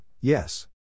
yes